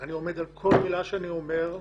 אני עומד על כל מילה שאני אומר.